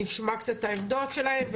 נשמע קצת את העמדות שלהם.